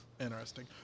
Interesting